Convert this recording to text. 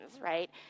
right